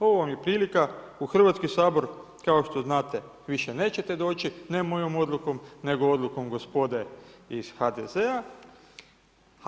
Ovo vam je prilika, u Hrvatski sabor kao što znate više nećete doći, ne mojom odlukom nego odlukom gospode iz HDZ-a.